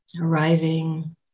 Arriving